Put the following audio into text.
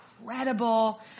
incredible